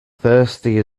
thirsty